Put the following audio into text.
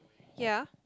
ya